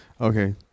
Okay